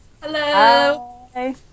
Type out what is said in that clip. Hello